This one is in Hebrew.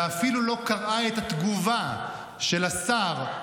ואפילו לא קראה את התגובה של השר,